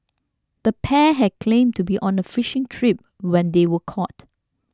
the pair had claimed to be on a fishing trip when they were caught